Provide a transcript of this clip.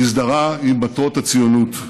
הזדהה עם מטרות הציונות.